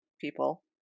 people